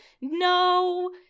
no